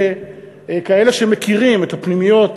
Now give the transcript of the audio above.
לכאלה שמכירים את הפנימיות,